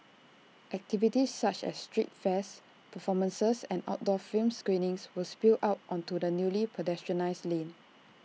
activities such as street fairs performances and outdoor film screenings will spill out onto the newly pedestrianised lane